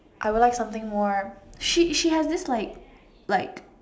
I would like something more she she has this like like